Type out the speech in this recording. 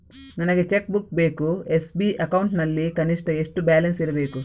ನನಗೆ cheque book ಬೇಕು S B account ನಲ್ಲಿ ಕನಿಷ್ಠ ಎಷ್ಟು ಬ್ಯಾಲೆನ್ಸ್ ಇರಬೇಕು?